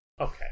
Okay